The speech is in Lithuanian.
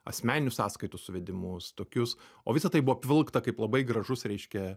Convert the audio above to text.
asmeninių sąskaitų suvedimus tokius o visa tai buvo apvilkta kaip labai gražus reiškia